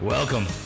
Welcome